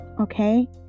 okay